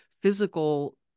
physical